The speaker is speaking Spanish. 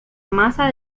masa